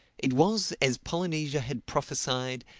it was, as polynesia had prophesied,